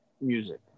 music